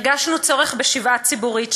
הרגשנו צורך בשבעה ציבורית,